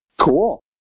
Cool